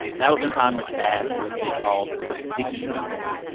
that was when congress passed what they called the dickey amendment.